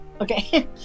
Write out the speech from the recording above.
Okay